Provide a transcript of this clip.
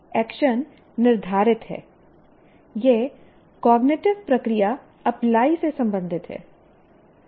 action निर्धारित है यह कॉग्निटिव प्रक्रिया अप्लाई से संबंधित है